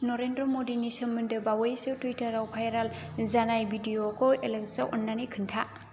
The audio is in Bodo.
नरेनद्रा मदिनि सोमोन्दो बावैसो टुइटाराव भाइराल जानाय भिडिअखौ एलेक्साव अन्नानै खोन्था